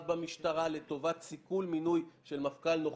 במשטרה לטובת סיכול מינוי של מפכ"ל נוכחי,